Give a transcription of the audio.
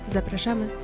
Zapraszamy